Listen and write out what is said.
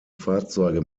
fahrzeuge